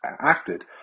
acted